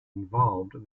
involved